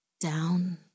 Down